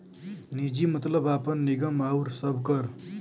निजी मतलब आपन, निगम आउर सबकर